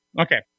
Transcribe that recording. Okay